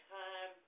time